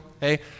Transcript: hey